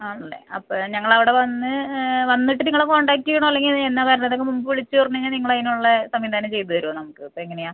ആണല്ലേ അപ്പം ഞങ്ങൾ അവിടെ വന്ന് വന്നിട്ട് നിങ്ങളെ കോൺടാക്ട് ചെയ്യണോ അല്ലെങ്കിൽ എന്നാണ് വരുന്നത് മുമ്പ് വിളിച്ച് പറഞ്ഞ് കഴിഞ്ഞാൽ നിങ്ങൾ അതിനുള്ള സംവിധാനം ചെയ്ത് തരുമോ നമുക്ക് അപ്പം എങ്ങനെയാണ്